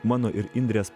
mano ir indrės